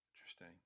Interesting